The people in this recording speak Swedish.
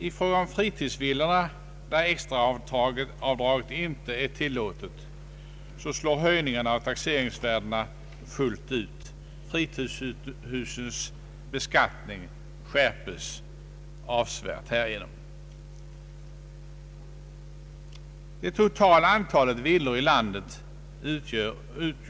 I fråga om fritidsvillorna, där extraavdraget inte är tillåtet, slår höjningarna av taxeringsvärdena fullt ut.